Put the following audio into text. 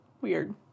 weird